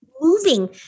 moving